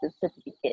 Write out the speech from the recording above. certificate